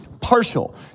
partial